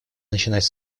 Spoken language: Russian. начинать